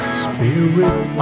spirit